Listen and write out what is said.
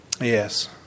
Yes